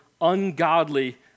ungodly